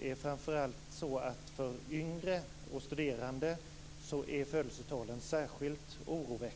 När det gäller yngre och studerande är födelsetalen särskilt låga.